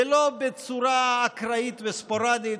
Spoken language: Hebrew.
ולא בצורה אקראית וספורדית,